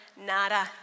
nada